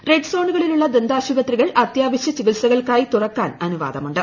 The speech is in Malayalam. റെഡ് സോണുകളിലുള്ള ദന്താശുപത്രികൾ അത്യാവശ്യ ചികിത്സകൾക്കായി തുറക്കാൻ അനുവാദമുണ്ട്